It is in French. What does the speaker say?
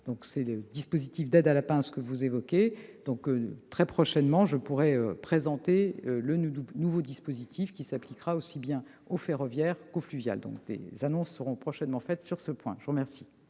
le dispositif d'aide à la pince que vous évoquiez. Très prochainement, je pourrai présenter le nouveau dispositif qui s'appliquera aussi bien au ferroviaire qu'au fluvial. Des annonces seront faites rapidement à ce sujet.